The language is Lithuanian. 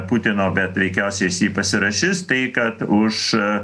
putino bet veikiausiai jis jį pasirašys tai kad už